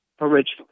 originally